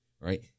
Right